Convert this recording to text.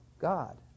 God